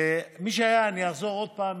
אני אחזור עוד פעם